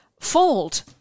fold